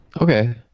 Okay